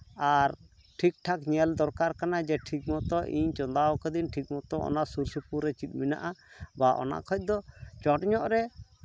ᱟᱨ ᱴᱷᱤᱠ ᱴᱷᱟᱠ ᱧᱮᱞ ᱫᱚᱨᱠᱟᱨ ᱠᱟᱱᱟ ᱡᱮ ᱴᱷᱤᱠ ᱢᱚᱛᱳ ᱤᱧ ᱪᱚᱸᱫᱟ ᱠᱟᱹᱫᱟᱧ ᱤᱧ ᱴᱷᱤᱠ ᱢᱚᱛᱳ ᱚᱱᱟ ᱥᱩᱨ ᱥᱩᱯᱩᱨ ᱨᱮ ᱪᱮᱫ ᱢᱮᱱᱟᱜᱼᱟ ᱵᱟ ᱚᱱᱟ ᱠᱷᱚᱡ ᱫᱚ ᱪᱚᱴ ᱧᱚᱜ ᱨᱮ